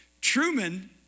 Truman